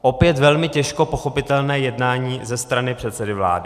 Opět velmi těžko pochopitelné jednání ze strany předsedy vlády.